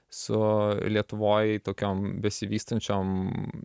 su lietuvoj tokiom besivystančiom